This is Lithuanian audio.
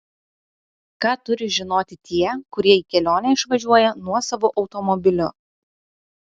ką turi žinoti tie kurie į kelionę išvažiuoja nuosavu automobiliu